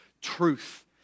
truth